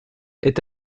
est